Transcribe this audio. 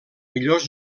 millors